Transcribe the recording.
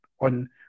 on